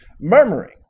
Murmuring